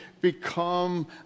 become